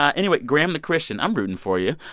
ah anyway, graham the christian, i'm rooting for you.